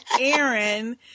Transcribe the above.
Aaron